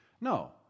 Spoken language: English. No